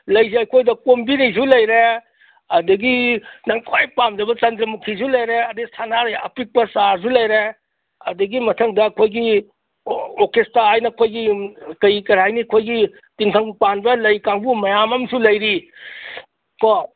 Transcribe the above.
ꯂꯩꯁꯦ ꯑꯩꯈꯣꯏꯗ ꯀꯣꯝꯕꯤꯔꯩꯁꯨ ꯂꯩꯔꯦ ꯑꯗꯒꯤ ꯅꯪ ꯈ꯭ꯋꯥꯏ ꯄꯥꯝꯖꯕ ꯆꯟꯗ꯭ꯔꯃꯨꯈꯤꯁꯨ ꯂꯩꯔꯦ ꯑꯗꯩ ꯁꯥꯅꯥꯔꯩ ꯑꯄꯤꯛꯄ ꯆꯥꯔꯁꯨ ꯂꯩꯔꯦ ꯑꯗꯒꯤ ꯃꯊꯪꯗ ꯑꯩꯈꯣꯏꯒꯤ ꯑꯣꯀꯦꯁꯇꯥ ꯍꯥꯏꯅ ꯑꯩꯈꯣꯏꯒꯤ ꯀꯩ ꯀꯔꯤ ꯍꯥꯏꯅꯤ ꯑꯩꯈꯣꯏꯒꯤ ꯇꯤꯡꯈꯪ ꯄꯥꯟꯕ ꯂꯩ ꯀꯥꯡꯕꯨ ꯃꯌꯥꯝ ꯑꯃꯁꯨ ꯂꯩꯔꯤ ꯀꯣ